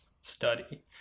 study